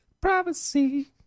privacy